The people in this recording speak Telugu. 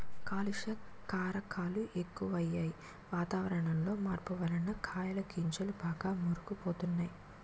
కాలుష్య కారకాలు ఎక్కువయ్యి, వాతావరణంలో మార్పు వలన కాయలు గింజలు బాగా మురుగు పోతున్నాయి